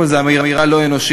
קודם כול, זו אמירה לא אנושית,